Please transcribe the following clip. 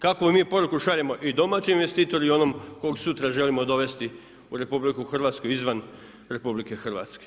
Kakvu mi poruku šaljemo i domaćem investitoru i onom kojeg sutra želimo dovesti u RH izvan RH.